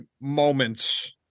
moments